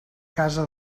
casa